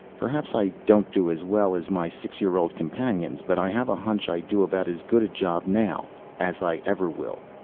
perhaps i don't do as well as my six-year-old companions, but i have a hunch i do about as good a job now as i ever will.